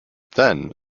then